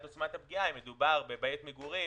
עוצמת הפגיעה אם מדובר בבית מגורים,